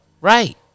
right